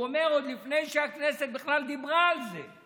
הוא אומר, עוד לפני שהכנסת בכלל דיברה על זה,